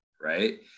right